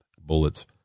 bullets